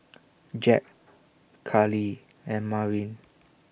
Jack Kalie and Marin